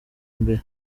mbere